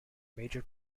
major